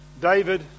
David